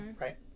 right